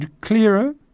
clearer